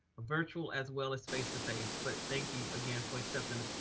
virtual as well as face to face. but thank you again for accepting